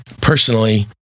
personally